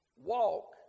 walk